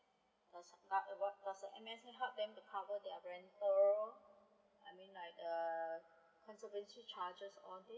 does the does the M_S_F help them to cover their rental I mena like uh conservancy charges all this